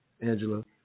Angela